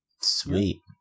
sweet